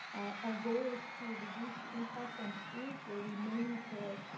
our goal is to reduce the impact on schools where we may need to,